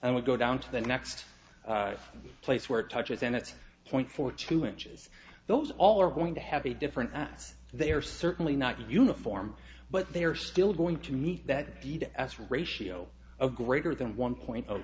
and we go down to the next place where it touches then at twenty four two inches those all are going to have a different they are certainly not uniform but they are still going to meet that d d s ratio of greater than one point of